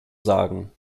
sagen